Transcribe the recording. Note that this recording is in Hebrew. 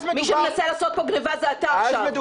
מי שמנסה לעשות כאן גניבה, זה אתה עכשיו.